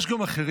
יש גם אחרים.